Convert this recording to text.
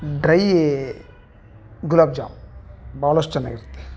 dry gulab jam ಭಾಳಷ್ಟ್ ಚೆನ್ನಾಗಿರತ್ತೆ